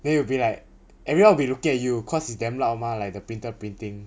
then you'll be like everyone will be looking at you cause it's damn loud mah the printer printing